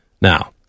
Now